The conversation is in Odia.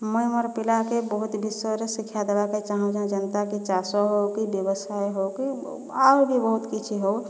ମୁଇଁ ମୋର ପିଲାକେ ବହୁତ ବିଷୟରେ ଶିକ୍ଷା ଦେବା ପାଇଁ ଚାହୁଁଛେ ଯେନ୍ତାକି ଚାଷ ହେଉ କି ବ୍ୟବସାୟ ହେଉ କି ଆଉ ବି ବହୁତ କିଛି ହେଉ